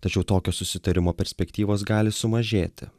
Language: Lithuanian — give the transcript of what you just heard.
tačiau tokio susitarimo perspektyvos gali sumažėti